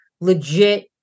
legit